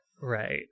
right